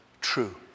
true